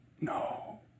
No